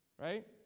Right